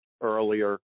earlier